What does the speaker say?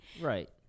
right